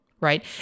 right